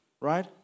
Right